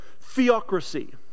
theocracy